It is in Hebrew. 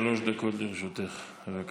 שלוש דקות לרשותך, בבקשה.